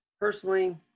personally